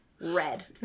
red